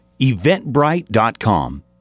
eventbrite.com